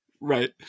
Right